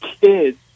kids